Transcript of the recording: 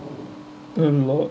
uh LOL